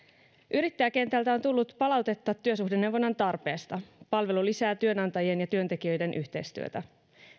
yrittäjäkentältä on tullut palautetta työsuhdeneuvonnan tarpeesta palvelu lisää työnantajien ja työntekijöiden yhteistyötä